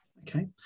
Okay